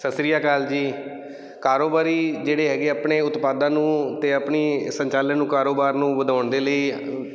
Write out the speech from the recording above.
ਸਤਿ ਸ਼੍ਰੀ ਅਕਾਲ ਜੀ ਕਾਰੋਬਾਰੀ ਜਿਹੜੇ ਹੈਗੇ ਆਪਣੇ ਉਤਪਾਦਾਂ ਨੂੰ ਅਤੇ ਆਪਣੀ ਸੰਚਾਲਨ ਨੂੰ ਕਾਰੋਬਾਰ ਨੂੰ ਵਧਾਉਣ ਦੇ ਲਈ